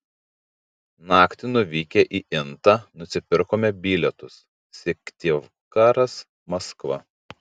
naktį nuvykę į intą nusipirkome bilietus syktyvkaras maskva